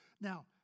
Now